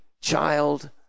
child